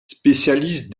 spécialiste